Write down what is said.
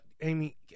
Amy